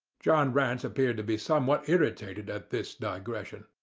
john rance appeared to be somewhat irritated at this digression.